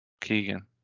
Keegan